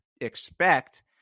expect